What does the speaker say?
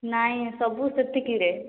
ନାହିଁ ସବୁ ସେତିକିରେ